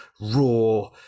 raw